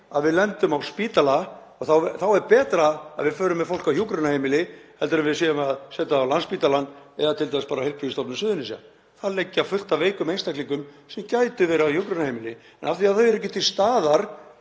að við lendum á spítala og þá er betra að við förum með fólk á hjúkrunarheimili heldur en að setja það á Landspítalann eða t.d. Heilbrigðisstofnun Suðurnesja. Þar liggur fullt af veikum einstaklingum sem gætu verið á hjúkrunarheimili en af því að þau eru ekki til staðar